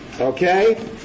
Okay